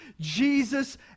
Jesus